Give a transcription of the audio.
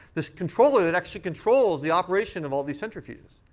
this controller, it actually controls the operation of all these centrifuges.